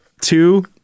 two